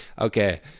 okay